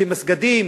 כשמסגדים